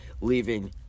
leaving